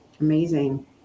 Amazing